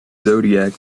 zodiac